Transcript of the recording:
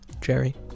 Jerry